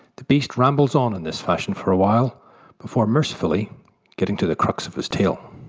the beast rambles on in this fashion for a while before mercifully getting to the crux of his tale.